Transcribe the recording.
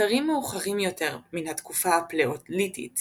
אתרים מאוחרים יותר מן התקופה הפלאוליתית